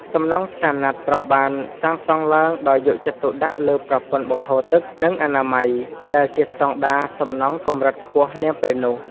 សំណង់ផ្សារណាត់ត្រូវបានសាងសង់ឡើងដោយយកចិត្តទុកដាក់លើប្រព័ន្ធបង្ហូរទឹក និងអនាម័យ ដែលជាស្តង់ដារសំណង់កម្រិតខ្ពស់នាពេលនោះ។